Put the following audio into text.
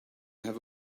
have